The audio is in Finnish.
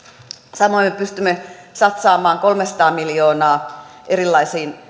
samoin me pystymme satsaamaan kolmesataa miljoonaa erilaisiin